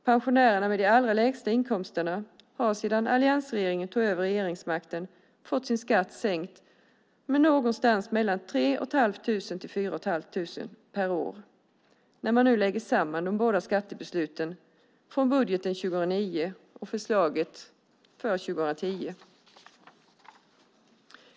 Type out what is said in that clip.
Pensionärerna med de allra lägsta inkomsterna har sedan alliansregeringen tog över regeringsmakten fått sin skatt sänkt med någonstans mellan 3 500 och 4 500 kronor per år när man nu lägger samman de båda skattebesluten från budgeten 2009 och förslaget för 2010.